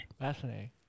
fascinating